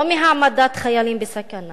לא מהעמדת חיילים בסכנה,